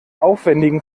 aufwendigen